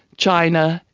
china,